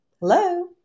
hello